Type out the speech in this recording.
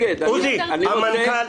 לא --- אני מדבר בשיא הרצינות.